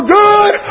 good